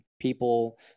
people